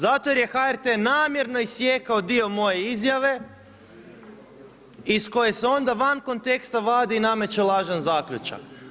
Zato jer je HRT namjerno isjekao dio moje izjave iz koje se onda van konteksta vadi i nameće lažan zaključak.